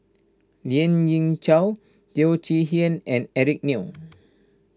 Lien Ying Chow Teo Chee Hean and Eric Neo